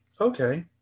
okay